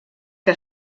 que